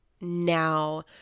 now